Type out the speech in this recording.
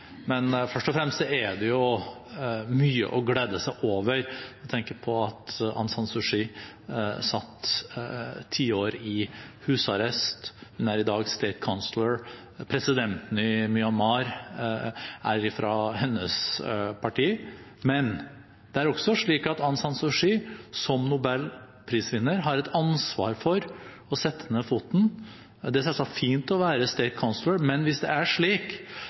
Men først og fremst er det jo mye å glede seg over. Jeg tenker på at Aung San Suu Kyi satt ti år i husarrest, men er i dag «State Councellor». Presidenten i Myanmar er fra hennes parti. Men det er også slik at Aung San Suu Kyi som nobelprisvinner har et ansvar for å sette ned foten. Det er selvsagt fint å være «State Councellor», men hvis det er slik